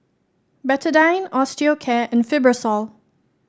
Betadine Osteocare and Fibrosol